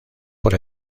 por